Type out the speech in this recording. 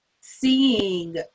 seeing